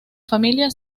familia